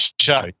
show